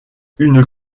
une